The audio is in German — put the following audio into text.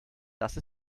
dass